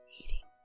eating